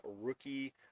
rookie